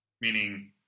Meaning